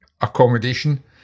accommodation